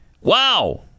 Wow